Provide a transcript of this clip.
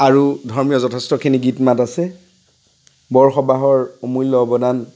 আৰু ধৰ্মীয় যথেষ্টখিনি গীত মাত আছে বৰসবাহৰ অমূল্য অৱদান